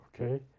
okay